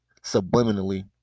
subliminally